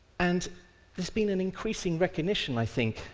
and there's been an increasing recognition, i think,